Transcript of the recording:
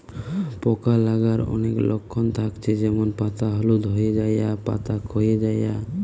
পোকা লাগার অনেক লক্ষণ থাকছে যেমন পাতা হলুদ হয়ে যায়া, পাতা খোয়ে যায়া